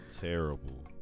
Terrible